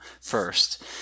first